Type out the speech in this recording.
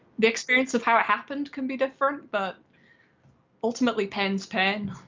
the experience of how it happened can be different but ultimately pain is pain.